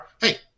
Hey